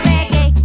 Reggae